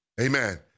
Amen